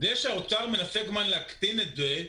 זה שהאוצר מנסה כל הזמן להקטין את זה,